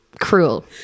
Cruel